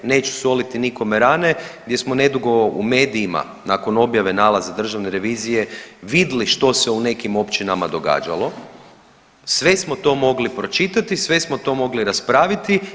Neću soliti nikome rane, gdje smo nedugo u medijima nakon objave nalaza Državne revizije vidli što se u nekim općinama događalo, sve smo to mogli pročitati, sve smo to mogli raspraviti.